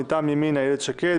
מטעם ימינה: איילת שקד.